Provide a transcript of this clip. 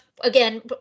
again